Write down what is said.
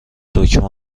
دکمه